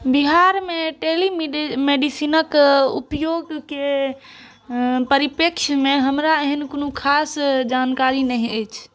बिहारमे टेलीमेडिसिनक उपयोगके परिप्रेक्ष्यमे हमरा एहन कोनो खास जानकारी नहि अछि